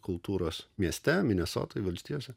kultūros mieste minesotoj valstijose